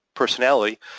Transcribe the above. personality